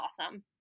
awesome